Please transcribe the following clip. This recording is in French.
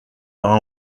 par